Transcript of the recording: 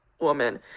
woman